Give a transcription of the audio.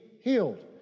healed